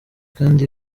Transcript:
kandi